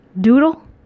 doodle